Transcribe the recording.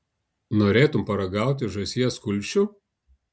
norėtum paragauti žąsies kulšių